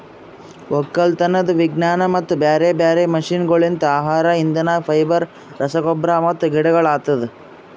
ಒಕ್ಕಲತನದ್ ವಿಜ್ಞಾನ ಮತ್ತ ಬ್ಯಾರೆ ಬ್ಯಾರೆ ಮಷೀನಗೊಳ್ಲಿಂತ್ ಆಹಾರ, ಇಂಧನ, ಫೈಬರ್, ರಸಗೊಬ್ಬರ ಮತ್ತ ಗಿಡಗೊಳ್ ಆಗ್ತದ